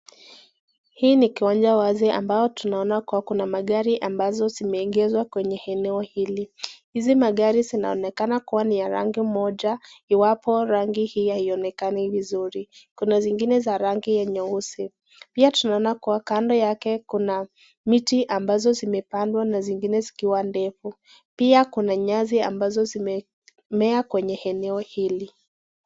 Hii ni kiwanja wazi ambao tunaona kuwa na kuna magari ambazo zimeingizwa kwenye eneo hili. Hizi magari zinaonekana kuwa ni ya rangi moja iwapo rangi hii haionekani vizuri. Kuna zingine za rangi nyeusi. Pia tunaona kuwa kando yake kuna miti ambazo zimependwa ni zingine zikiwa zikiwa ndefu. Pia kuna nyasi ambazo zimemea kwenye eneo hili.